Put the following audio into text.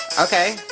okay,